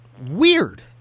weird